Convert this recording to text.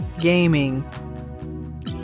gaming